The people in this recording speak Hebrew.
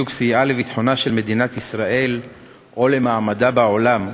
של מדינת ישראל או למעמדה בעולם,